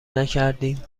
نکردیم